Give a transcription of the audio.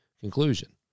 conclusion